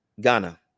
Ghana